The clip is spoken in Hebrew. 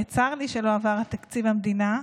וצר לי שלא עבר תקציב המדינה,